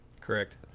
Correct